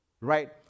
right